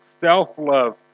self-love